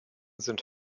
sind